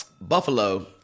Buffalo